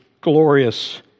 glorious